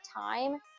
time